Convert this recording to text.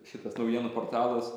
šitas naujienų portalas